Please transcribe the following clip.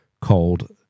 called